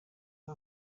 ari